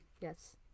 Yes